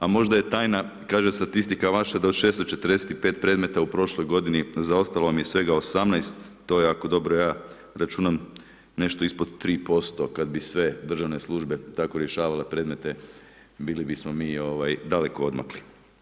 A možda je tajna kaže statistika vaša da od 645 predmeta u prošlog godini, zaostalo je svega 18, to je jako dobro, ja računam nešto ispod 3%, kad bi sve državne službe tako rješavale predmete, bilo bismo mi daleko odmakli.